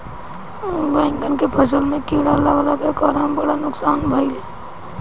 बैंगन के फसल में कीड़ा लगले के कारण बड़ा नुकसान भइल